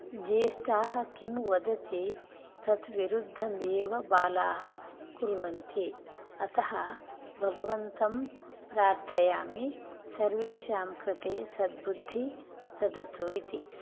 ज्येष्ठाः किं वदति तद्विरुद्धमेव बालाः कुर्वन्ति अतः भवगवन्तं प्रार्थयामि सर्वेषां कृते सद्बुद्धि ददतु इति